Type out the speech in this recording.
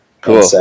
Cool